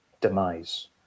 demise